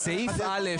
סעיף (א),